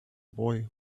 boy